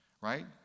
right